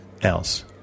else